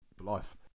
life